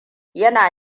yana